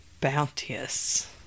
bounteous